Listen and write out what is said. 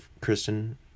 Kristen